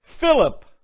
Philip